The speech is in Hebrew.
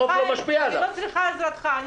חיים, תצא לחמש דקות, בבקשה.